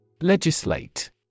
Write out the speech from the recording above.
Legislate